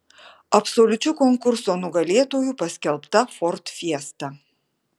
absoliučiu konkurso nugalėtoju paskelbta ford fiesta